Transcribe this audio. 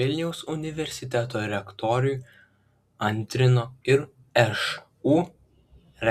vilniaus universiteto rektoriui antrino ir šu